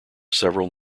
several